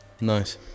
Nice